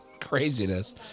craziness